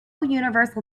universal